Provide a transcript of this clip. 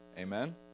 Amen